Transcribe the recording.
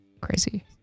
Crazy